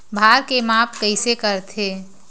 भार के माप कइसे करथे?